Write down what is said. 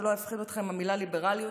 שלא תפחיד אתכם המילה ליברליות,